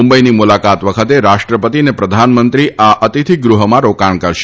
મુંબઇની મુલાકાત વખતે રાષ્ટ્રપતિ અને પ્રધાનમંત્રી આ અતિથીગુહમાં રોકાણ કરશે